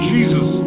Jesus